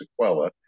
sequela